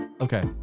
Okay